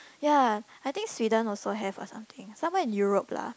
ya I think Sweden also have or something somewhere in Europe lah